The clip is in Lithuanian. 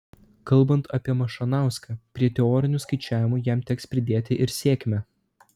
kalbant apie mašanauską prie teorinių skaičiavimų jam teks pridėti ir sėkmę